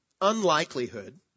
unlikelihood